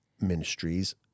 ministries